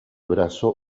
brazo